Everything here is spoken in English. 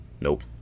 Nope